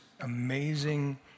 amazing